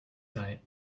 tonight